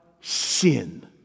sin